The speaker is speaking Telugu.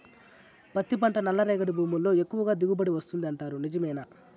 పత్తి పంట నల్లరేగడి భూముల్లో ఎక్కువగా దిగుబడి వస్తుంది అంటారు నిజమేనా